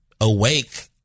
awake